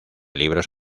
libros